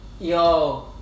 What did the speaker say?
yo